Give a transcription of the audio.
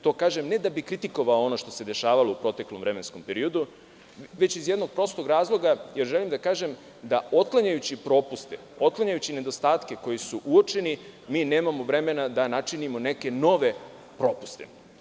To kažem, ne da bih kritikovao ono što se dešavalo u proteklom vremenskom periodu, već iz jednog prostog razloga, jer želim da kažem da otklanjajući propuste, otklanjajući nedostatke koji su uočeni, mi nemamo vremena da načinimo neke nove propuste.